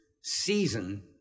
season